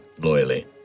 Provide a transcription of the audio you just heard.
loyally